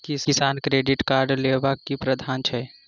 किसान credit card लेबाक की प्रावधान छै?